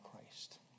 Christ